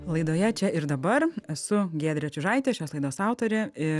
laidoje čia ir dabar esu giedrė čiužaitė šios laidos autorė ir